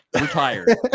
Retired